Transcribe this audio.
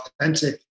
authentic